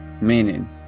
Meaning